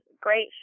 great